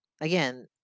again